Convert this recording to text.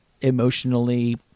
emotionally